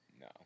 No